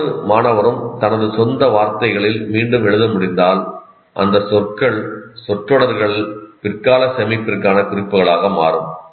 ஒவ்வொரு மாணவரும் தனது சொந்த வார்த்தைகளில் மீண்டும் எழுத முடிந்தால் அந்த சொற்கள் சொற்றொடர்கள் பிற்கால சேமிப்பிற்கான குறிப்புகளாக மாறும்